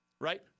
Right